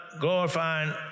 glorifying